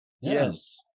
Yes